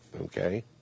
okay